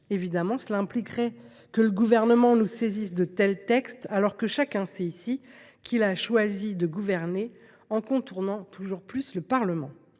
Évidemment, cela impliquerait que le Gouvernement nous saisisse de tels textes, alors que chacun sait ici qu’il a choisi de gouverner en contournant toujours plus le Parlement.